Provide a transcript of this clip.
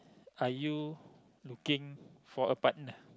are you looking for a partner